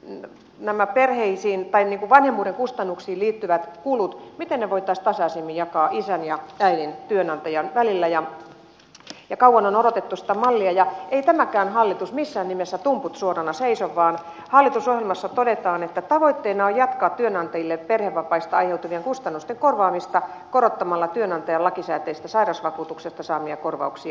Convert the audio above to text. eivät nämä perheisiin miten vanhemmuuden kustannuksiin liittyvät kulut voitaisiin jakaa tasaisemmin isän ja äidin työnantajan välillä ja kauan on odotettu sitä mallia ja ei tämäkään hallitus missään nimessä tumput suorina seiso vaan hallitusohjelmassa todetaan että tavoitteena on jatkaa työnantajille perhevapaista aiheutuvien kustannusten korvaamista korottamalla työnantajan lakisääteisestä sairausvakuutuksesta saamia korvauksia